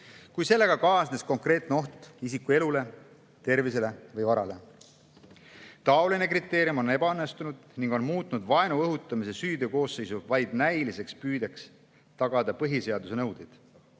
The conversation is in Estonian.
kui sellega kaasneb konkreetne oht isiku elule, tervisele või varale. Taoline kriteerium on ebaõnnestunud ning on muutnud vaenu õhutamise süüteokoosseisu vaid näiliseks püüdeks tagada põhiseaduse nõudeid.